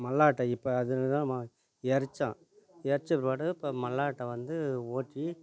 மல்லாட்டை இப்போ அதில் தான் ம எரிச்சோம் எரிச்ச பிற்பாடு இப்போ மல்லாட்டை வந்து உடச்சி